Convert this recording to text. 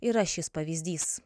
yra šis pavyzdys